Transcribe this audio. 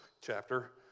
chapter